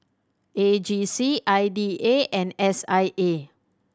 A G C I D A and S I A